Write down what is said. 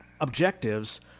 objectives